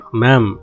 ma'am